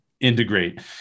integrate